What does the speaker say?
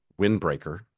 windbreaker